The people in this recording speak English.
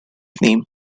name